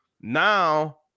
now